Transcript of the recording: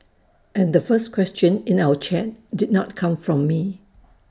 and the first question in our chat did not come from me